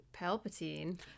Palpatine